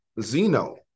Zeno